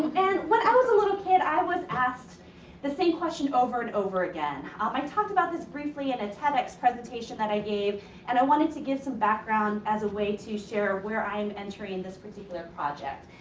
and when i was a little kid i was asked the same question over and over again. um i talked about this briefly in a tedx presentation that i gave and i wanted to give some background as a way to share where i'm entering this particular project.